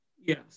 Yes